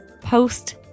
post